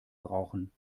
brauchen